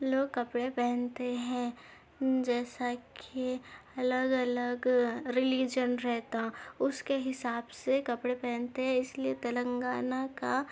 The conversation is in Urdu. لوگ کپڑے پہنتے ہیں جیسا کہ الگ الگ ریلیجن رہتا اس کے حساب سے کپڑے پہنتے ہیں اس لیے تلنگانہ کا